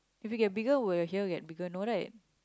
if you get bigger will your here get bigger no right